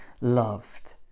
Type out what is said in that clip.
loved